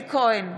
אלי כהן,